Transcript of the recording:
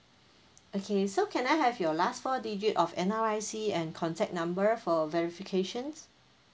okay so can I have your last four digit of N_R_I_C and contact number for verifications